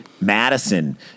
Madison